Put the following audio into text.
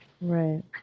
Right